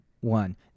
One